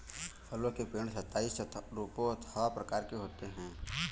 फलों के पेड़ सताइस रूपों अथवा प्रकार के होते हैं